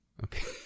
Okay